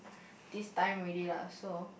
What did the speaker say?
this time already lah so